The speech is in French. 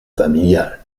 familial